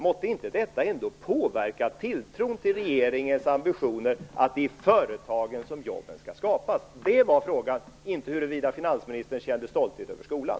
Måtte inte detta ändå påverka tilltron till regeringens ambitioner att se till att det är i företagen som jobben skall skapas? Det var frågan, inte huruvida finansministern känner stolthet över skolan.